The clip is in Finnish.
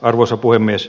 arvoisa puhemies